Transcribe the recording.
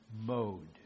mode